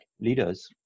leaders